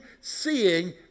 seeing